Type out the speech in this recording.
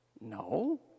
No